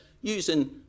using